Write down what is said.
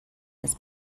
this